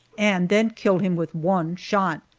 and then killed him with one shot.